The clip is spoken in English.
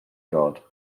god